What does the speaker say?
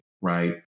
right